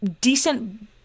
decent